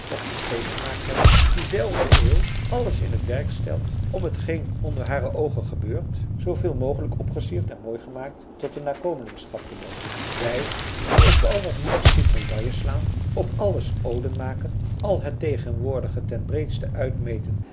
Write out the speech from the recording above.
of te scheef gemaakt hebben diezelfde eeuw alles in het werk stelt om hetgeen onder hare oogen gebeurt zooveel mogelijk opgesierd en mooigemaakt tot de nakomelingschap te brengen wij die op al wat nu geschiedt medailles slaan op alles oden maken al het tegenwoordige ten breedsten uitmeten